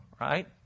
Right